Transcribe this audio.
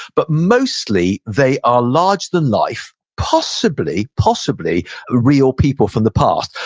but mostly they are larger than life, possibly possibly real people from the past.